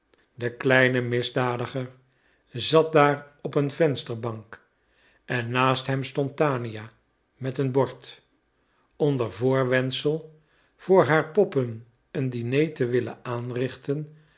de kleine misdadiger zat daar op een vensterbank en naast hem stond tania met een bord onder voorwendsel voor haar poppen een diner te willen aanrichten